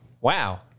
Wow